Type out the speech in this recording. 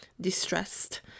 distressed